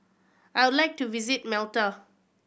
I would like to visit Malta